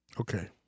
Okay